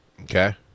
Okay